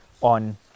on